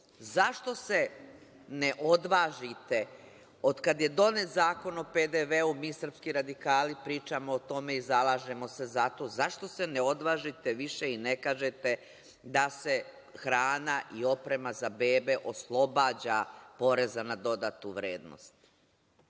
Zašto se ne odvažite, od kad je donet zakon o PDV-u, mi srpski radikali pričamo o tome i zalažemo se za to, zašto se ne odvažite više i ne kažete da se hrana i oprema za bebe oslobađa poreza na dodatu vrednost?